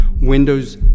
Windows